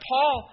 Paul